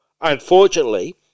unfortunately